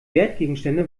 wertgegenstände